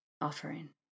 offering